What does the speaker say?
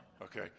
Okay